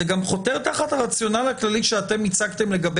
זה גם חותר תחת הרציונל הכללי שאתם הצגתם לגבי